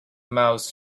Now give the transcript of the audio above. mouse